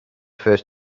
first